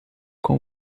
com